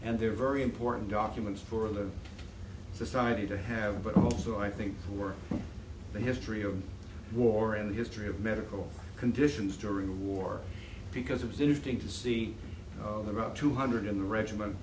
and there are very important documents for a live society to have but also i think for the history of war and the history of medical conditions during the war because it was interesting to see about two hundred in the regiment